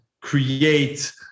create